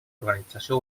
organització